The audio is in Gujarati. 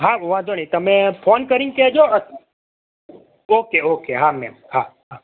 હા વાંધો નય તમે ફોન કરી ન કેજો ઓકે ઓકે હા મેમ હા